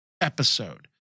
episode